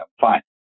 fine